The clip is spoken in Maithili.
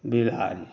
बिलाड़ि